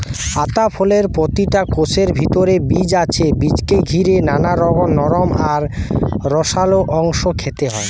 আতা ফলের প্রতিটা কোষের ভিতরে বীজ আছে বীজকে ঘিরে থাকা নরম আর রসালো অংশ খেতে হয়